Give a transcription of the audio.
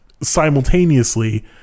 simultaneously